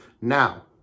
Now